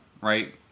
right